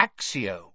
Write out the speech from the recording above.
Axio